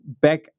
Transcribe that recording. back